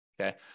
okay